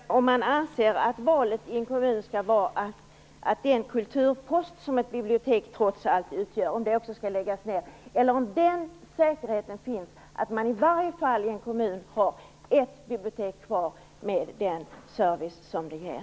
Herr talman! Det är fråga om ifall man anser att valet i en kommun skall vara att den kulturpost som ett bibliotek trots allt utgör skall läggas ned eller om säkerheten skall finnas att man i en kommun i alla fall har ett bibliotek kvar, med den service som det ger.